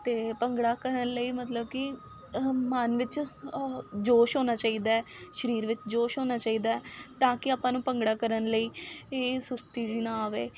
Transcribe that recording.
ਅਤੇ ਭੰਗੜਾ ਕਰਨ ਲਈ ਮਤਲਬ ਕਿ ਮਨ 'ਚ ਜੋਸ਼ ਹੋਣਾ ਚਾਹੀਦਾ ਸਰੀਰ ਵਿੱਚ ਜੋਸ਼ ਹੋਣਾ ਚਾਹੀਦਾ ਤਾਂ ਕਿ ਆਪਾਂ ਨੂੰ ਭੰਗੜਾ ਕਰਨ ਲਈ ਇਹ ਸੁਸਤੀ ਜਿਹੀ ਨਾ ਆਵੇ